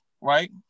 right